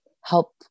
help